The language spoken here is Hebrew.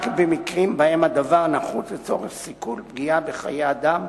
במקרים שבהם הדבר נחוץ לצורך סיכול פגיעה בחיי אדם,